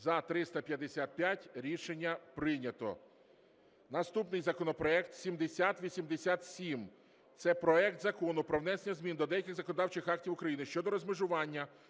За-355 Рішення прийнято. Наступний законопроект 7087. Це проект Закону про внесення змін до деяких законодавчих актів України щодо розмежування